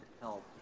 help